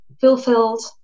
fulfilled